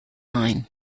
line